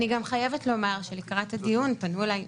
אני גם חייבת לומר שלקראת הדיון פנו אליי,